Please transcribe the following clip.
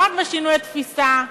לא רק בשינוי התפיסה,